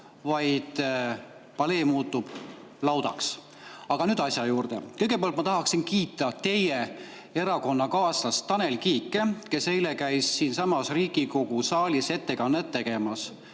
vaid palee muutub laudaks. Aga nüüd asja juurde. Kõigepealt ma tahaksin kiita teie erakonnakaaslast Tanel Kiike, kes eile käis siinsamas Riigikogu saalis ettekannet tegemas.